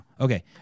okay